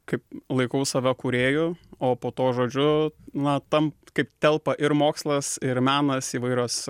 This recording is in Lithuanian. kaip laikau save kūrėju o po tuo žodžiu na tam kaip telpa ir mokslas ir menas įvairios